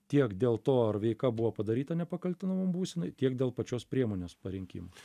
tiek dėl to ar veika buvo padaryta nepakaltinamumo būsenoj tiek dėl pačios priemonės parinkimo